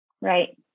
Right